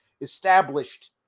established